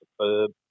superb